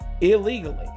illegally